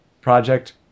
Project